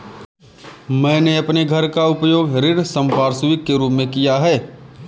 मैंने अपने घर का उपयोग ऋण संपार्श्विक के रूप में किया है